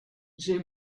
j’ai